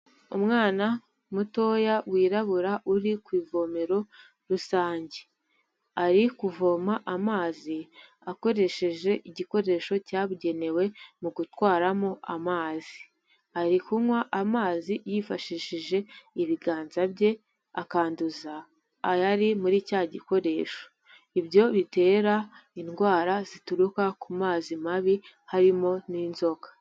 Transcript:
Umwana mutoya wirabura uri ku ivomero rusange, ari kuvoma amazi akoresheje igikoresho cyabugenewe mu gutwaramo amazi, ari kunywa amazi yifashishije ibiganza bye akanduza ayari muri cya gikoresho, ibyo bitera indwara zituruka ku mazi mabi harimo n'inzoka.